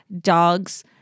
dogs